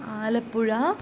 Alappuzha